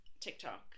tiktok